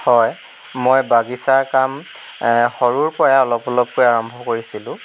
হয় মই বাগিছাৰ কাম সৰুৰ পৰাই অলপ অলপকৈ আৰম্ভ কৰিছিলোঁ